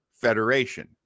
Federation